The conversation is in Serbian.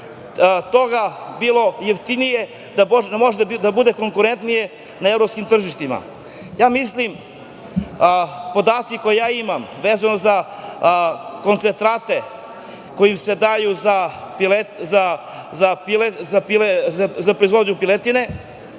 toga bio jeftiniji, da može da bude konkurentnije na evropskim tržištima. Podaci koje imam vezano za koncentrate koji se daju za proizvodnju piletine,